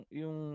yung